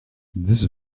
this